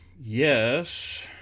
Yes